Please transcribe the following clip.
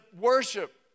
worship